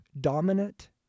Dominant